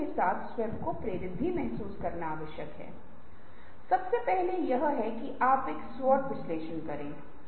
निर्देश करें सोचना बंद न करें आप पहले से ही सोच रहे हैं कि जो कुछ भी आपके मन में आए उसे लिखें